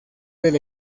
del